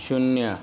शून्य